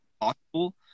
possible